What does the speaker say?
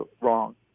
wrong